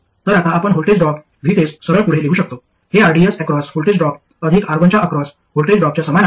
तर आता आपण व्होल्टेज ड्रॉप VTEST सरळ पुढे लिहू शकतो हे rds अक्रॉस व्होल्टेज ड्रॉप अधिक R1च्या अक्रॉस व्होल्टेज ड्रॉपच्या समान आहे